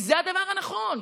כי זה הדבר הנכון.